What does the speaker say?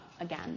again